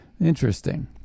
Interesting